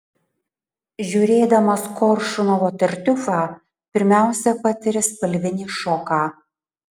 žiūrėdamas koršunovo tartiufą pirmiausia patiri spalvinį šoką